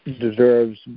deserves